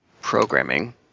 programming